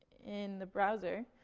in the browser.